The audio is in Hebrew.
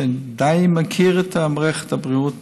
שדי מכיר את מערכת הבריאות,